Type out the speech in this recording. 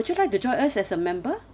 would you like to join us as a member